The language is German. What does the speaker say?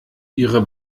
ihre